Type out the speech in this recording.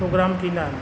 programme थींदा आहिनि